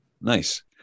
Nice